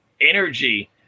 energy